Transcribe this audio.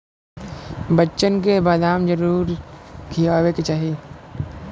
बच्चन के बदाम जरूर खियावे के चाही